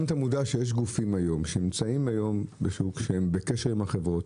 האם אתה מודע שיש גופים היום שנמצאים היום בשוק שהם בקשר עם החברות,